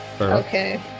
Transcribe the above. Okay